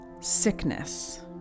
Sickness